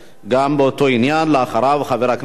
גם באותו עניין, אחריו, חבר הכנסת